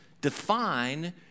define